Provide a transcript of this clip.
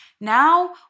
Now